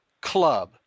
club